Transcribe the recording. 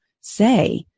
say